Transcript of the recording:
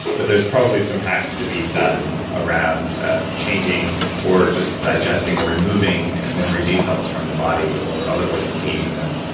but there's probably some hacks to be done around ah changing, or just digesting, or removing memory b cells from the body, or otherwise engaging them.